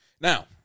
Now